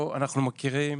אנחנו מכירים.